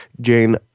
Jane